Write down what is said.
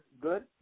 Good